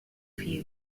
few